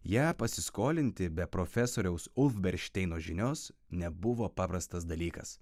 ją pasiskolinti be profesoriaus ulfberšteino žinios nebuvo paprastas dalykas